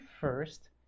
first